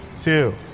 Two